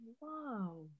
wow